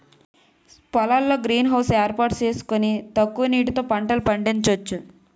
పొలాల్లో green house ఏర్పాటు సేసుకొని తక్కువ నీటితో పంటలు పండించొచ్చు